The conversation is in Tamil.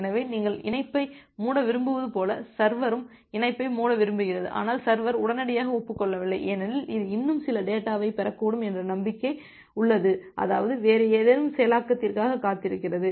எனவே நீங்கள் இணைப்பை மூட விரும்புவது போலவே சர்வரும் இணைப்பை மூட விரும்புகிறது ஆனால் சர்வர் உடனடியாக ஒப்புக் கொள்ளவில்லை ஏனெனில் இது இன்னும் சில டேட்டாவைப் பெறக்கூடும் என்ற நம்பிக்கை உள்ளது அல்லது வேறு ஏதேனும் செயலாக்கத்திற்காக காத்திருக்கிறது